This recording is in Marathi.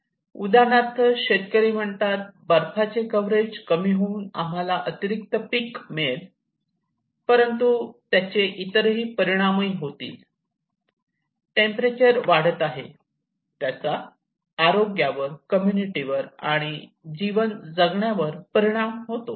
उदाहरणार्थ शेतकरी म्हणतात बर्फाचे कव्हरेज कमी होऊन आम्हाला अतिरिक्त पीक मिळेल परंतु त्याचे इतर परिणामही होतील टेंपरेचर वाढत आहे त्याचा आरोग्यावर कम्युनिटी वर आणि त्यांचे जीवन जगण्यावर परिणाम होतो